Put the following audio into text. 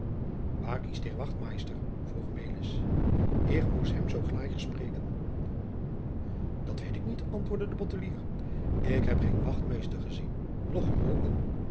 waar ist der wachtmeister vroeg melis ich musz hem soo gleich spreken dat weet ik niet antwoordde de bottelier ik heb geen wachtmeester gezien noch